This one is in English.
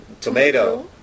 Tomato